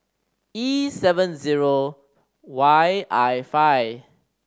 E seven zero Y I five